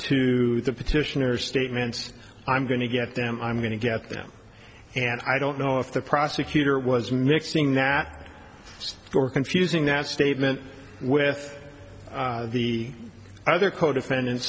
to the petitioner statements i'm going to get them i'm going to get them and i don't know if the prosecutor was mixing that or confusing that statement with the other co defend